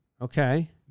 Okay